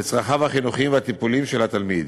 לצרכיו החינוכיים והטיפולים של התלמיד.